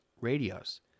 radios